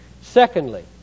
Secondly